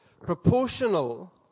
proportional